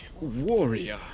warrior